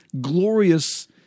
glorious